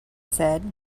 said